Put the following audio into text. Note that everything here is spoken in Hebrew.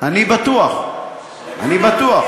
אני בטוח, אני בטוח.